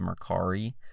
Mercari